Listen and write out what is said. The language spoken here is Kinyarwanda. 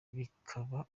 bikaba